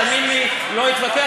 תאמין לי, לא אתווכח.